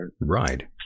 Right